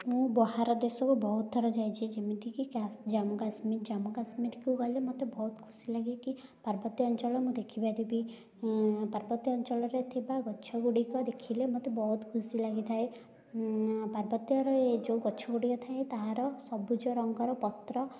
ମୁଁ ବହାର ଦେଶକୁ ବହୁତଥର ଯାଇଛି ଯେମିତିକି ଜାମ୍ମୁକାଶ୍ମୀର ଜାମ୍ମୁ କାଶ୍ମୀରକୁ ଗଲେ ମୋତେ ବହୁତ ଖୁସି ଲାଗେକି ପର୍ବତ୍ୟାଞ୍ଚଳ ମୁଁ ଦେଖିପାରିବି ପର୍ବତ୍ୟାଞ୍ଚଳରେ ଥିବା ଗଛଗୁଡ଼ିକ ଦେଖିଲେ ମୋତେ ବହୁତ ଖୁସି ଲାଗିଥାଏ ପାର୍ବତ୍ୟରେ ଏ ଯେଉଁ ଗଛଗୁଡ଼ିକ ଥାଏ ତାହାର ସବୁଜ ରଙ୍ଗର ପତ୍ର